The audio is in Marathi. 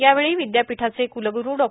यावेळी विद्यापीठाचे क्लग्रू डॉ